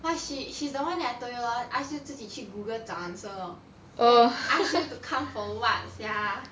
!wah! she she's the one that I told you lor ask you 自己去 Google 找 answer lor and ask you to come for what sia